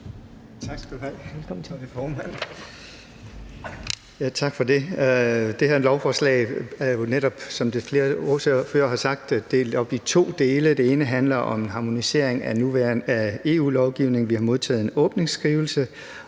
Tak skal du have.